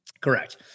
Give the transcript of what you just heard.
Correct